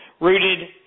rooted